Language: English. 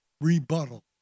rebuttal